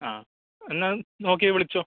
ആ എന്നാൽ നോക്കി വിളിച്ചോ